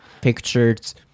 pictures